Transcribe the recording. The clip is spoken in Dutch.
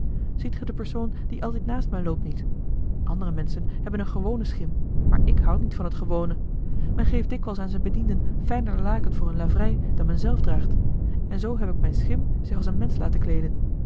ziet ge den persoon die altijd naast mij loopt niet andere menschen hebben een gewonen schim maar ik houd niet van het gewone men geeft dikwijls aan zijn bedienden fijner laken voor hun livrei dan men zelf draagt en zoo heb ik mijn schim zich als een mensch laten kleeden